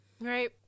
Right